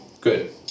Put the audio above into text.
Good